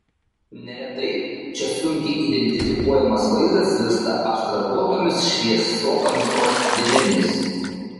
neretai čia sunkiai identifikuojamas vaizdas virsta abstrahuotomis šviesotamsos dėmėmis